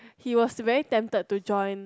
he was very tempted to join